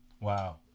wow